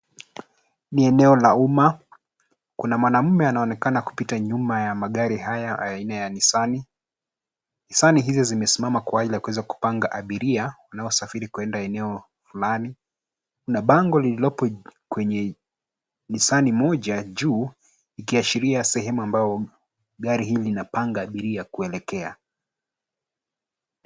Ni eneo la umma, kuna mwanaume anaonekana kupita nyuma ya magari haya aina ya Nissani. Nissani hizo zimesimama kwa ajili ya kuweza kupanga abiria wanaosafiri kwenda eneo fulani. Kuna bango lililopo kwenye Nissani moja juu, likiashiria sehemu ambayo gari hili linapanga abiria kuelekea.